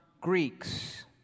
Greeks